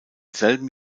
selben